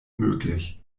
möglich